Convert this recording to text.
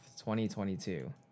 2022